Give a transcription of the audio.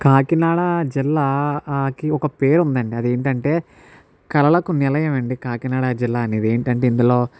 కాకినాడ జిల్లాకి ఒక పేరు ఉందండి అదేంటంటే కళలకు నిలయమండీ కాకినాడ జిల్లా అనేది ఏంటంటే ఇందులో